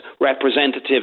representatives